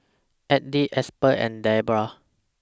Abdiel Aspen and Debra